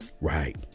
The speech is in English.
right